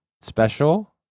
special